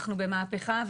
אנחנו במהפיכה.